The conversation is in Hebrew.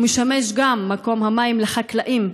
הוא משמש גם מקור מים לחקלאים,